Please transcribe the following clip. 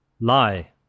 lie